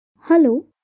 Hello